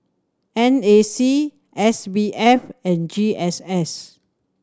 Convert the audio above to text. N A C S B F and G S S